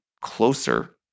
closer